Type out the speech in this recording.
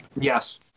Yes